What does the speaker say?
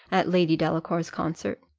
at lady delacour's concert,